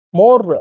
more